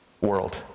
world